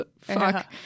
Fuck